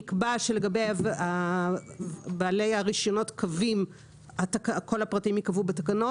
נקבע שלגבי בעלי הרישיונות קווים כל הפרטים ייקבעו בתקנות.